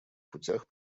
путях